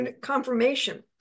confirmation